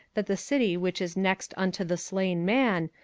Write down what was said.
that the city which is next unto the slain man,